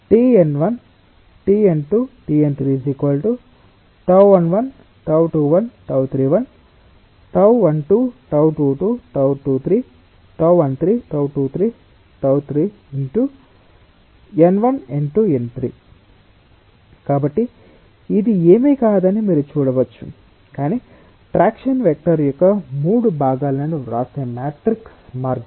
Tn1 Tn2 Tn3 τ11 τ21 τ31 τ12 τ22 τ23 τ13 τ23 τ33 n1 n2 n3 కాబట్టి ఇది ఏమీ కాదని మీరు చూడవచ్చు కానీ ట్రాక్షన్ వెక్టర్ యొక్క మూడు భాగాలను వ్రాసే మ్యాట్రిక్స్ మార్గం